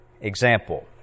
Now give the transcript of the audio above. example